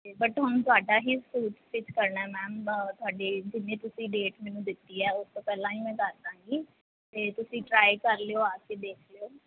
ਅਤੇ ਬਟ ਹੁਣ ਤੁਹਾਡਾ ਹੀ ਸੂਟ ਸਟਿੱਚ ਕਰਨਾ ਮੈਮ ਤੁਹਾਡੇ ਜਿੰਨੇ ਤੁਸੀਂ ਡੇਟ ਮੈਨੂੰ ਦਿੱਤੀ ਹੈ ਉਸ ਤੋਂ ਪਹਿਲਾਂ ਹੀ ਮੈਂ ਕਰ ਦਾਂਗੀ ਅਤੇ ਤੁਸੀਂ ਟਰਾਈ ਕਰ ਲਿਓ ਆਕੇ ਦੇਖ ਲਿਓ